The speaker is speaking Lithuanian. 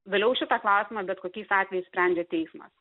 vėliau šitą klausimą bet kokiais atvejais sprendžia teismas